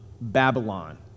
Babylon